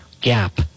gap